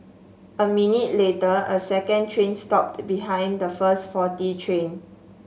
a minute later a second train stopped behind the first faulty train